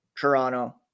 Toronto